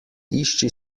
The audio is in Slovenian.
išči